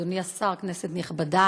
אדוני השר, כנסת נכבדה,